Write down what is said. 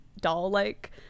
doll-like